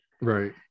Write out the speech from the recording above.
right